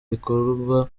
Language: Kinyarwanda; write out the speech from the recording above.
rikorerwa